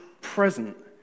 present